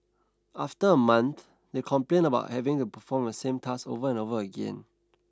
after a month they complained about having to perform the same task over and over again